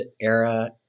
era